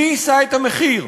מי יישא את המחיר?